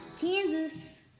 Kansas